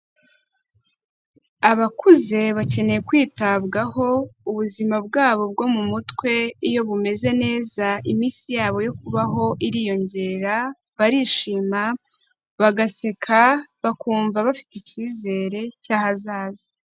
Abakuze bakeneye kwitabwaho ubuzima bwabo bwo mu mutwe, iyo bumeze neza iminsi yabo yo kubaho iriyongera, barishima bagaseka bakumva bafite icyizere cy'ahazaza.